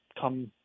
come